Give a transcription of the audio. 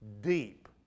deep